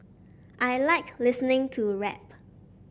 I like listening to rap